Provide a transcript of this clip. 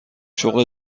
شغل